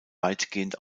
weitgehend